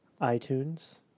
iTunes